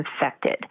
infected